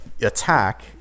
attack